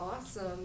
awesome